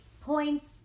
points